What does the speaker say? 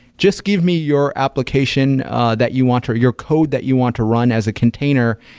just give me your application that you want or your code that you want to run as a container,